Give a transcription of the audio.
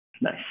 Nice